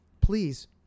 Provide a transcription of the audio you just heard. Please